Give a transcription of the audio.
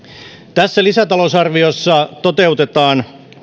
tässä lisätalousarviossa toteutetaan